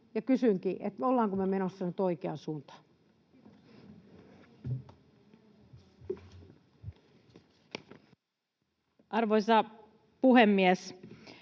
kysynkin, ollaanko me menossa nyt oikeaan suuntaan? [Speech